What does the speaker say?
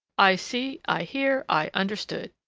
i see, i hear, i understood!